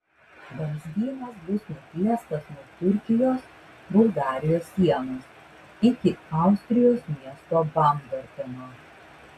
vamzdynas bus nutiestas nuo turkijos bulgarijos sienos iki austrijos miesto baumgarteno